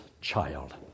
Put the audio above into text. child